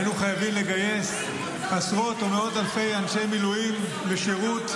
היינו חייבים לגייס עשרות או מאות אלפי אנשי מילואים לשירות,